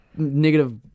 negative